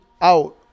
Out